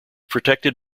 protected